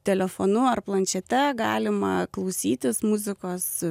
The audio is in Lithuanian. telefonu ar planšete galima klausytis muzikos